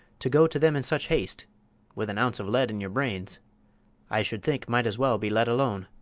to go to them in such haste with an ounce of lead in your brains i should think might as well be let alone.